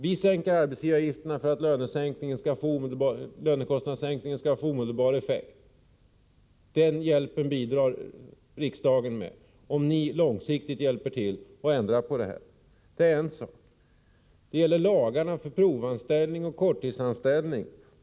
Vi sänker arbetsgivaravgifterna för att lönekostnadssänkningen skall få omedelbar effekt — den hjälpen bidrar riksdagen med — om ni långsiktigt hjälper till att ändra på det här! Det gäller vidare lagarna om provanställning och korttidsanställning.